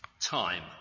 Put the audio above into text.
Time